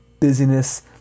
busyness